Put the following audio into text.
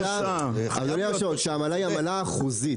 אדוני היושב-ראש, כשהעמלה היא אחוזית